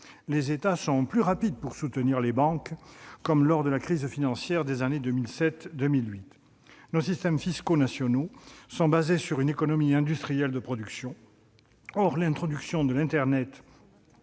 ; ils sont plus rapides pour soutenir les banques, comme lors de la crise financière de 2007 et 2008 ... Nos systèmes fiscaux nationaux sont fondés sur une économie industrielle de production. Or l'introduction de l'internet